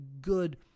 good